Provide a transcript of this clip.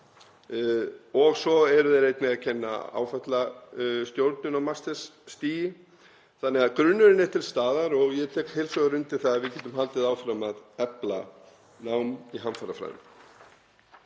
og svo eru þeir einnig að kenna áfallastjórnun á meistarstigi. Þannig að grunnurinn er til staðar og ég tek heils hugar undir það að við getum haldið áfram að efla nám í hamfarafræðum.